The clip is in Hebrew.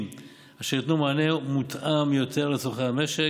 אשר ייתנו מענה מותאם יותר לצורכי המשק.